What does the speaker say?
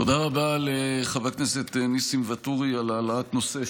תודה רבה לחבר הכנסת ניסים ואטורי על העלאת נושא,